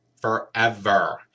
forever